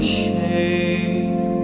shame